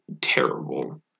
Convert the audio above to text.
terrible